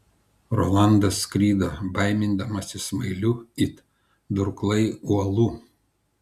rolandas skrido baimindamasis smailių it durklai uolų